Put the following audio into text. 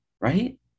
right